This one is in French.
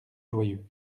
joyeux